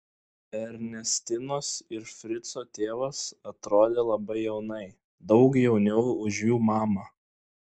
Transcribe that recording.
ernestinos ir frico tėvas atrodė labai jaunai daug jauniau už jų mamą